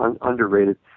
underrated